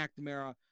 McNamara